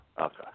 Okay